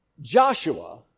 Joshua